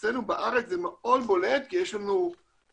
אצלנו בארץ זה מאוד בולט כי יש לנו את